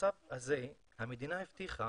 במצב הזה המדינה הבטיחה